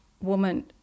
woman